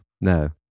No